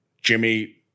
Jimmy